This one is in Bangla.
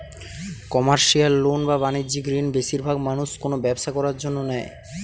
কমার্শিয়াল লোন বা বাণিজ্যিক ঋণ বেশিরবাগ মানুষ কোনো ব্যবসা করার জন্য নেয়